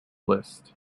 list